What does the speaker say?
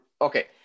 okay